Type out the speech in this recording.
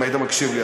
אם היית מקשיב לי,